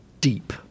deep